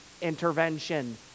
intervention